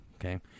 okay